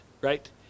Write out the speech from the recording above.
right